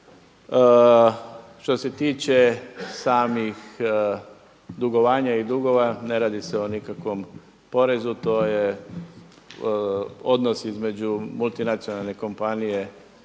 se o nikakvom dugovanja i dugova, ne radi se o nikakvom porezu, to je odnos između multinacionalne kompanije